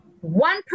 One